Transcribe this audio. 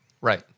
Right